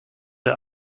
der